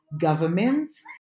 governments